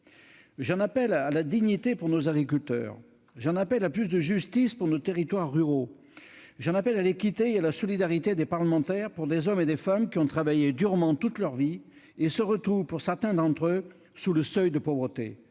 J'en appelle à la dignité pour nos agriculteurs. J'en appelle à plus de justice pour nos territoires ruraux. J'en appelle à l'équité et à la solidarité des parlementaires pour des hommes et des femmes qui ont travaillé durement toute leur vie et qui se retrouvent, pour certains d'entre eux, sous le seuil de pauvreté